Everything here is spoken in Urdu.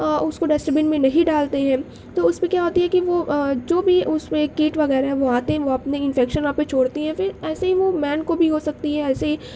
اس کو ڈسٹ بین میں نہیں ڈالتے ہیں تواس میں کیا ہوتی ہے کہ وہ جو بھی اس میں کیٹ وغیرہ ہے وہ آتے ہیں وہ اپنے انفکیشن وہاں پہ چھوڑتے ہیں تو پھرایسے ہی وہ مین کو بھی ہو سکتی ہے ایسے ہی